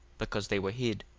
because they were hid.